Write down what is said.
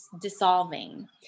dissolving